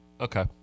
Okay